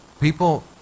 People